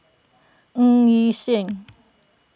Ng Yi Sheng